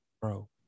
bro